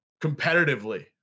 competitively